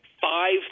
five